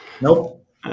Nope